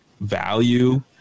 value